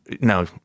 no